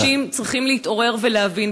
אנשים צריכים להתעורר ולהבין.